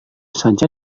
saja